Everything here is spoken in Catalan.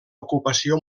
ocupació